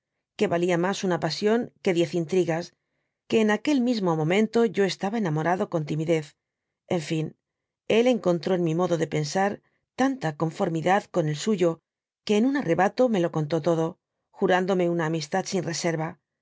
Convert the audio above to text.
que valia mas una pasión que diez intrigas que en aquel mismo momento yo estaba enamorado con timidez en gn él encontrd en mi modo de pensar tanta confwmidad con el suyo que en un arrebato me lo contd todo jurándome una amistad sin reserva